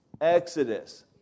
Exodus